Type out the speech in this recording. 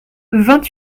vingt